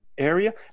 area